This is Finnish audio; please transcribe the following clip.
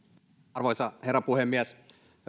arvoisa herra puhemies